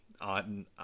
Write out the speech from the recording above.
on